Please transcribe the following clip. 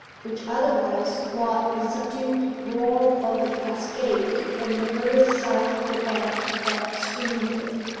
which otherwise brought the subdued roar of the cascade from the further side of the bank that screened it.